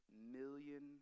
million